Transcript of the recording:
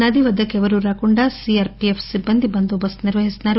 నది వద్గకు ఎవరూ రాకుండా సీఆర్పీఎఫ్ సిబ్బంది బందోబస్తు నిర్వహిస్తున్నారు